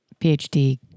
PhD